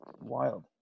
wild